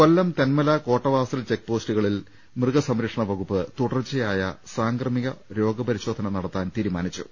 കൊല്ലം Thenmala Kottavasal check പോസ്റ്റുകളിൽ മൃഗസം രക്ഷണവകുപ്പ് തുടർച്ചയായ സാംക്രമിക രോഗ പരിശോധന നടത്താൻ തീരുമാനിച്ചു